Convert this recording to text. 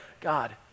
God